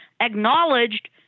acknowledged